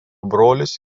brolis